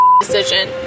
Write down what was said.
decision